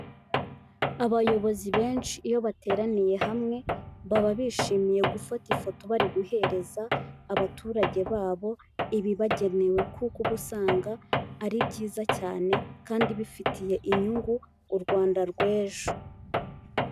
Abayobozi benshi iyo bateraniye hamwe baba bishimiye gufata ifoto bari guhereza abaturage babo ibibagenewe, kuko ubu usanga ari byiza cyane kandi bifitiye inyungu u Rwanda rw'ejo.